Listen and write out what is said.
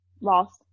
lost